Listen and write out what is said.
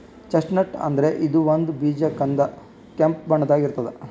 chestnut ಅಂದ್ರ ಇದು ಒಂದ್ ಬೀಜ ಕಂದ್ ಕೆಂಪ್ ಬಣ್ಣದಾಗ್ ಇರ್ತದ್